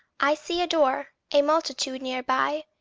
i see a door, a multitude near by,